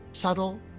Subtle